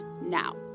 now